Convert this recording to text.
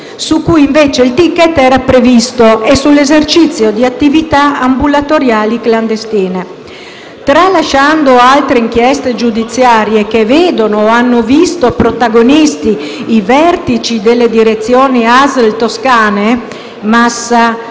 su cui invece il *ticket* era previsto, e sull'esercizio di attività ambulatoriali clandestine. Altre inchieste giudiziarie vedono o hanno visto protagonisti i vertici delle direzioni ASL toscane (Massa,